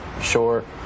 short